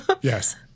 yes